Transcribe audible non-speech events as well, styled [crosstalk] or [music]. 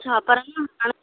हा पर न [unintelligible]